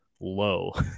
low